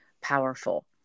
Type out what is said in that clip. powerful